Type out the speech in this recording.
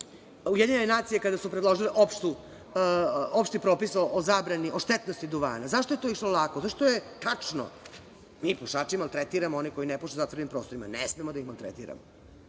Ujedinjene nacije, kada su predložile opšti propis o zabrani, o štetnosti duvana, zašto je to išlo lako? Zato što je tačno. Mi pušači maltretiramo one koji ne puše u zatvorenim prostorima. Ne smemo da ih maltretiramo.